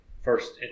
first